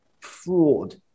fraud